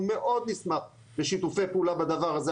אנחנו מאוד נשמח לשיתופי פעולה בדבר הזה.